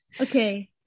Okay